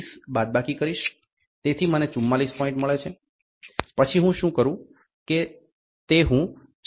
130 બાદબાકી કરીશ તેથી મને 44 પોઇન્ટ મળે છે પછી હું શું કરું તે હું 4